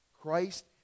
Christ